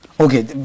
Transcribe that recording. Okay